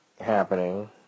happening